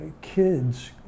kids